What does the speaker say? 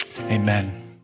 amen